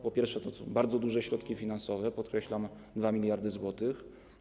Po pierwsze, to są bardzo duże środki finansowe, podkreślam, 2 mld zł.